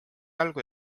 algul